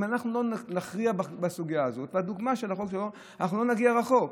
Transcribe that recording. אם אנחנו לא נכריע בסוגיה אנחנו לא נגיע רחוק,